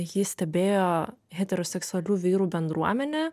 ji stebėjo heteroseksualių vyrų bendruomenę